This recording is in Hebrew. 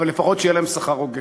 אבל לפחות שיהיה להם שכר הוגן.